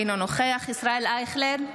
אינו נוכח ישראל אייכלר,